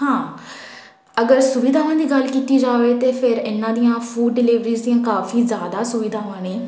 ਹਾਂ ਅਗਰ ਸੁਵਿਧਾਵਾਂ ਦੀ ਗੱਲ ਕੀਤੀ ਜਾਵੇ ਤਾਂ ਫਿਰ ਇਹਨਾਂ ਦੀਆਂ ਫੂਡ ਡਿਲੀਵਰੀਜ਼ ਦੀਆਂ ਕਾਫੀ ਜ਼ਿਆਦਾ ਸੁਵਿਧਾਵਾਂ ਨੇ